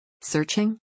Searching